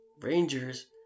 rangers